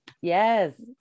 Yes